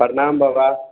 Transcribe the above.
प्रणाम बाबा